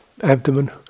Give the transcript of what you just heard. abdomen